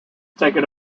taken